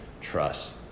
trust